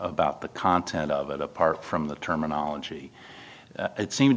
about the content of it apart from the terminology it seems to